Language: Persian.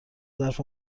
ظرف